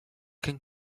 can